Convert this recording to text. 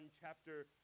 chapter